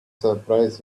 surprised